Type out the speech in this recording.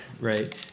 right